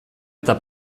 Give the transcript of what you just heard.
eta